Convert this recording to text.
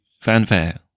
fanfare